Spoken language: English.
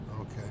Okay